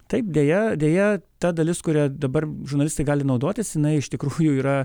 taip deja deja ta dalis kurią dabar žurnalistai gali naudotis jinai iš tikrųjų yra